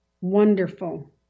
wonderful